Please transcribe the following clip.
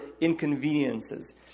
inconveniences